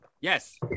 Yes